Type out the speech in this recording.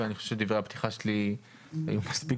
ואני חושב שדברי הפתיחה שלי היו מספיק